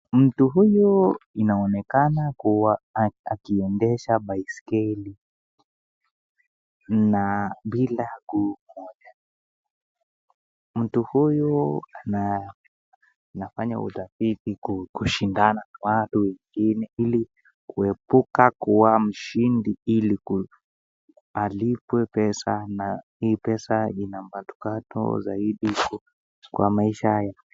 Mtu huyu inaonekana kuwa akiendesha baiskeli na bila guu moja, mtu huyu anafanya usafiri kushindana na watu wengine ili kuepuka kuwa mshindi ili alipwe pesa na hii pesa ina manukato zaidi kwa maisha.